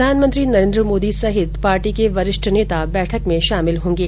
प्रधानमंत्री नरेन्द्र मोदी सहित पार्टी के वरिष्ठ नेता बैठक में शामिल होंगे